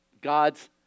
God's